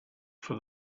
for